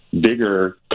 bigger